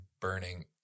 burning